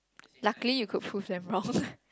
luckily you could prove them wrong